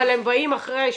אבל הם באים אחרי האשפוזית.